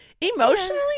Emotionally